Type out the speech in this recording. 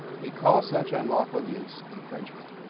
we call such unlawful use infringement.